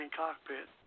cockpit